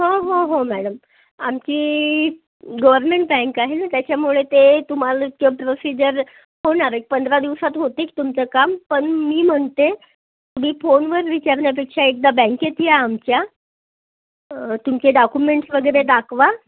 हो हो हो मॅडम आमची गव्हरमेंट बँक आहे ना त्याच्यामुळे ते तुम्हाला प्रोसिजर होणार एक पंधरा दिवसात होतील तुमचं काम पण मी म्हणते तुम्ही फोनवर विचारण्यापेक्षा एकदा बँकेत या आमच्या तुमचे डाक्युमेंट्स वगैरे दाखवा